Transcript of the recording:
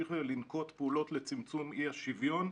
להמשיך לנקוט פעולות לצמצום אי-השוויון.